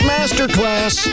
Masterclass